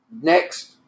Next